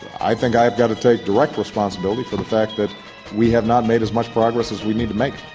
i think i've got to take direct responsibility for the fact that we have not made as much progress as we need to make.